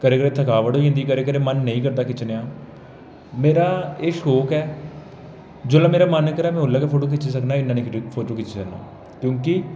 कदें कदें थकावट होई जंदी कदें कदें मन नेईं करदा खिच्चने दा मेरा एह् शौक ऐ जेल्लै मेरा मन करै में उसलै गै फोटो खिच्ची सकना नेईं तां निं खिच्ची सकना क्योंकि